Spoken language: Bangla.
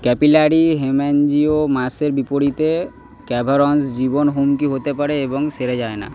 ক্যাপিলারি হেম্যানজিও মাসের বিপরীতে ক্যাভারনাস জীবন হুমকি হতে পারে এবং সেরে যায় না